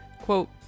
quote